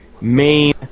main